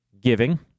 giving